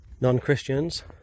Non-Christians